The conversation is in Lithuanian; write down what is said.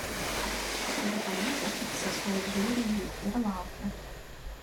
tada pamatė kaip sesuo žiūri į jį ir laukia